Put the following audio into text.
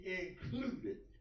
included